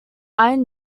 iron